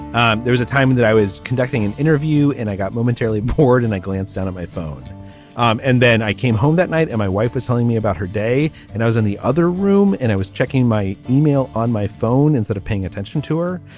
there is a time that i was conducting an interview and i got momentarily bored and i glanced down on my phone um and then i came home that night and my wife was telling me about her day and i was in the other room and i was checking my email on my phone instead of paying attention to her.